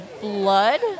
blood